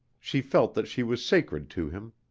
she felt that she was sacred to him.